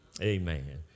amen